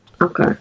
Okay